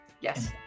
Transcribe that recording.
Yes